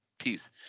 peace